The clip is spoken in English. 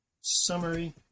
summary